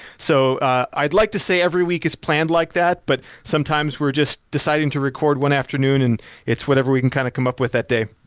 so i'd like to say every week is planned like that but sometimes we're just deciding to record one afternoon and it's whatever we can kind of come up with that day.